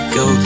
go